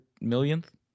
millionth